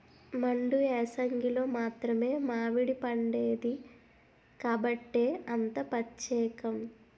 మండు ఏసంగిలో మాత్రమే మావిడిపండేది కాబట్టే అంత పచ్చేకం